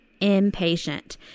impatient